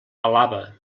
alaba